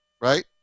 right